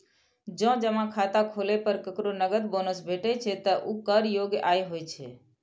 जौं जमा खाता खोलै पर केकरो नकद बोनस भेटै छै, ते ऊ कर योग्य आय होइ छै